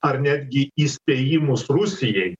ar netgi įspėjimus rusijai